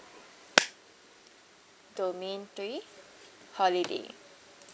domain three holiday